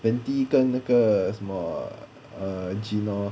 venti 跟那个什么 ah err genore